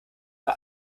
bei